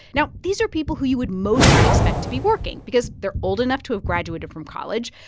now, these are people who you would mostly expect to be working because they're old enough to have graduated from college.